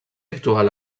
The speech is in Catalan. actual